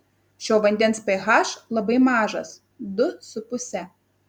šio vandens ph labai mažas du su puse